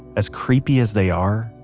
as creepy as they are,